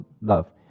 love